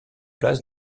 place